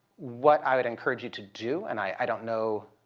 what i would encourage you to do and i don't know